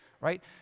right